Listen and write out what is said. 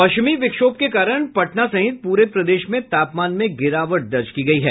पश्चिमी विक्षोभ के कारण पटना सहित पूरे प्रदेश में तापमान में गिरावट दर्ज की गयी है